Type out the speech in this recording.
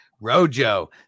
Rojo